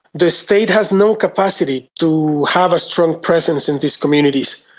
the state has no capacity to have a strong presence in these communities,